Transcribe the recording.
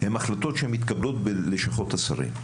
הם החלטות שמתקבלות בלשכות השרים.